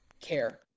care